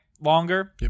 longer